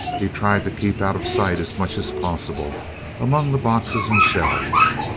he tried to keep out of sight as much as possible among the boxes and shelves.